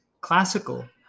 classical